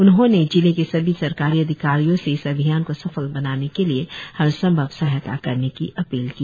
उन्होंने जिले के सभी सरकारी अधिकारियों से इस अभियान को सफल बनाने के लिए हर संभव सहायता करने की अपील की